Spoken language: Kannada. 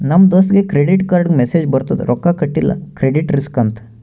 ನಮ್ ದೋಸ್ತಗ್ ಕ್ರೆಡಿಟ್ ಕಾರ್ಡ್ಗ ಮೆಸ್ಸೇಜ್ ಬರ್ತುದ್ ರೊಕ್ಕಾ ಕಟಿಲ್ಲ ಕ್ರೆಡಿಟ್ ರಿಸ್ಕ್ ಅಂತ್